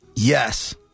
Yes